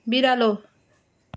बिरालो